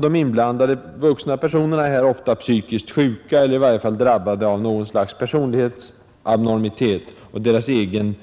De inblandade vuxna personerna är ofta psykiskt sjuka eller drabbade av något slags personlighetsabnormitet. Deras egen